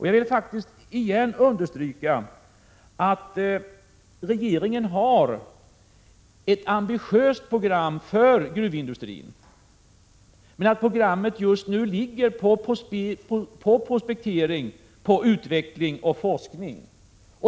Jag vill återigen understryka att regeringen har ett ambitiöst program för gruvindustrin. Men programmet ligger just nu på prospektering samt utveckling och forskning.